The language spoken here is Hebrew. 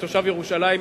כתושב ירושלים,